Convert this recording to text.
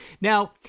Now